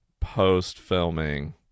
post-filming